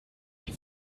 die